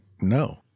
no